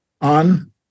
on